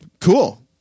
cool